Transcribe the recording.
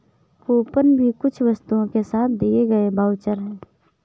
coupon भी कुछ वस्तुओं के साथ दिए गए वाउचर है